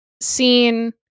seen